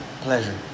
pleasure